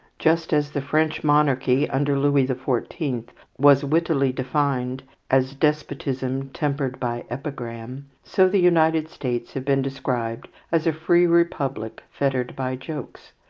just as the french monarchy under louis the fourteenth was wittily defined as despotism tempered by epigram, so the united states have been described as a free republic fettered by jokes,